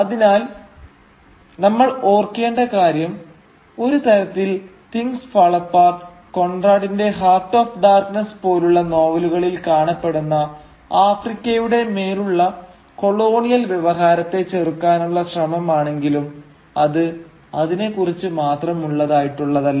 അതിനാൽ നമ്മൾ ഓർക്കേണ്ട കാര്യം ഒരു തരത്തിൽ തിങ്ങ്സ് ഫാൾ അപ്പാർട്ട് കോൺറാഡിന്റെ ഹാർട്ട് ഓഫ് ഡാർക്നെസ് പോലുള്ള നോവലുകളിൽ കാണപ്പെടുന്ന ആഫ്രിക്കയുടെ മേലുള്ള കൊളോണിയൽ വ്യവഹാരത്തെ ചെറുക്കാനുള്ള ശ്രമം ആണെങ്കിലും അത് അതിനെക്കുറിച്ച് മാത്രമുള്ളതായിട്ടുള്ളതല്ല